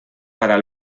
para